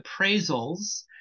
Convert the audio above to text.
appraisals